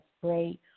great